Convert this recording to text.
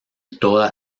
toda